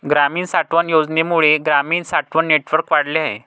ग्रामीण साठवण योजनेमुळे ग्रामीण साठवण नेटवर्क वाढले आहे